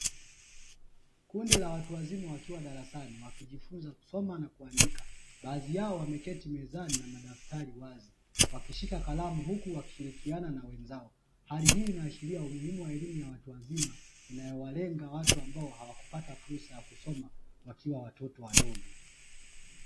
Kundi la watu wazima wakiwa darasani wakijifunza kusoma na kuandika. Baadhi yao wameketi mezani na madaftari wazi wakishika kalamu, huku wakishirikiana na wenzao. Hali hii inaashiria umuhimu wa elimu ya watu wazima, inayowalenga watu ambao hawakupata fursa ya kusoma wakiwa watoto wadogo.